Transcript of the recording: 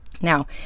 Now